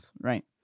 right